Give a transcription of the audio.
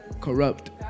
Corrupt